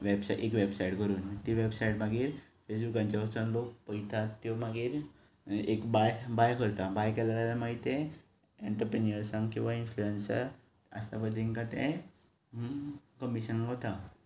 website एक website करून ती वेबसायट मागीर फेसबुकांचेर वचून लोक पळयतात त्यो मागीर एक बाय बाय करता बाय केले जाल्यार मागीर तें एंटरप्रिन्युअर्सांक किंवां इंन्फ्लुयर्सां आसता पळय तांकां तें कमीशन वता